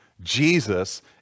Jesus